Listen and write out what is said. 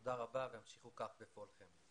תודה רבה והמשיכו כך בפועלכם.